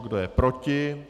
Kdo je proti?